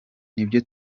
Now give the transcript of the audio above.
nibyo